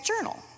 Journal